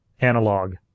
analog